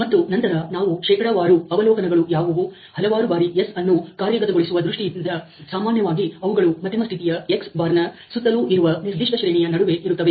ಮತ್ತು ನಂತರ ನಾವು ಶೇಕಡವಾರು ಅವಲೋಕನಗಳು ಯಾವುವು ಹಲವಾರು ಬಾರಿ S ಅನ್ನು ಕಾರ್ಯಗತಗೊಳಿಸುವ ದೃಷ್ಟಿಯಿಂದ ಸಾಮಾನ್ಯವಾಗಿ ಅವುಗಳು ಮಧ್ಯಮ ಸ್ಥಿತಿಯ X ಬಾರನ ಸುತ್ತಲೂ ಇರುವ ನಿರ್ದಿಷ್ಟ ಶ್ರೇಣಿಯ ನಡುವೆ ಇರುತ್ತವೆ